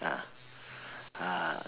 ah